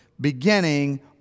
beginning